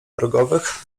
drogowych